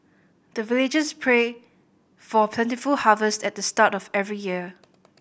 the villagers pray for plentiful harvest at the start of every year